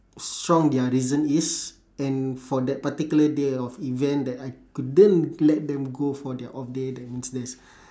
strong their reason is and for that particular day of event that I couldn't let them go for their off day that means there's